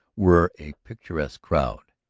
were a picturesque crowd.